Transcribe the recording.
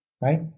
right